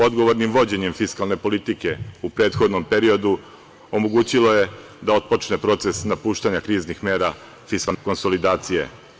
Odgovornim vođenjem fiskalne politike u prethodnom periodu omogućilo je da otpočne proces napuštanja kriznih mera fiskalne konsolidacije.